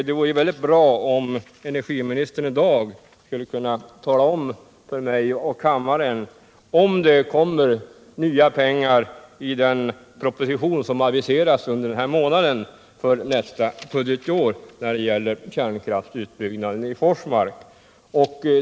Det vore mycket bra om energiministern i dag skulle kunna tala om för mig och kammaren om det kommer nya pengar i den proposition som aviserats under den här månaden för nästa budgetår när det gäller kärnkraftsutbyggnaden i Forsmark.